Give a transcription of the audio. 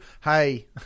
Hey